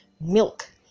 milk